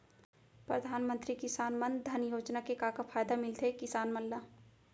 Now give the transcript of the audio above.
परधानमंतरी किसान मन धन योजना के का का फायदा मिलथे किसान मन ला?